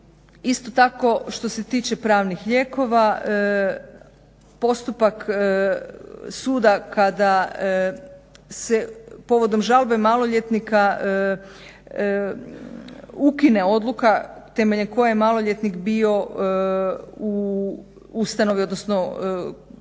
Isto tako što se tiče pravnih lijekova postupak suda kada se povodom žalbe maloljetnika ukine odluka temeljem koje je maloljetnik bio u ustanovi, odnosno